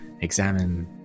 examine